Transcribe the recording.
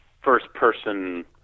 first-person